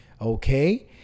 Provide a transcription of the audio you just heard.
Okay